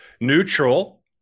neutral